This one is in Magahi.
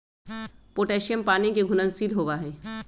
पोटैशियम पानी के घुलनशील होबा हई